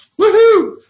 Woohoo